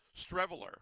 Streveler